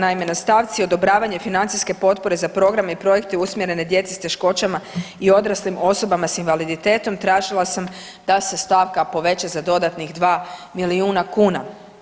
Naime, na stavci odobravanje financijske potpore za programe i projekte usmjerene djeci s teškoćama i odraslim osobama s invaliditetom tražila sam da se stavka poveća za dodatnih 2 milijuna kuna.